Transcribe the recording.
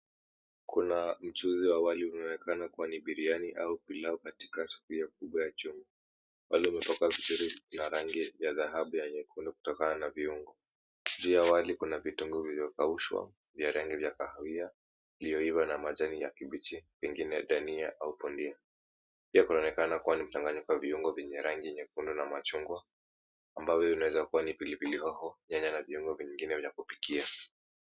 Kuna mchuzi wa wali unaoonekana kwenye biriyani au pilau katika sufuria kubwa ya chungu. Wali umekauka vizuri na rangi ya dhahabu ya nyekundu kutokana na viungo. Juu ya wali kuna vitungu vimekaushwa vya rangi ya kahawia vilivyoiva na majani ya kibichi pengine dania au pundia. Pia kunaonekana kuwa na mchanganyiko wa viungo vyenye rangi nyekundu na machungwa ambavyo vinaweza kuwa ni pilipili hoho, nyanya na viungo vingine vya kupikia.